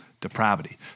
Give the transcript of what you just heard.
depravity